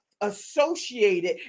associated